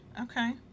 okay